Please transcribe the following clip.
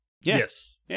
Yes